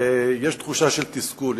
ויש תחושה של תסכול.